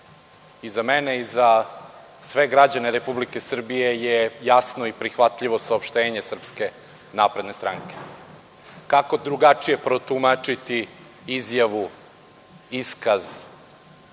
mene i za sve građane Republike Srbije je jasno i prihvatljivo saopštenje SNS. Kako drugačije protumačiti izjavu, iskaz